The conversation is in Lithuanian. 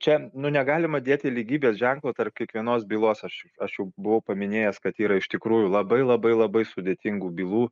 čia nu negalima dėti lygybės ženklo tarp kiekvienos bylos aš aš jau buvau paminėjęs kad yra iš tikrųjų labai labai labai sudėtingų bylų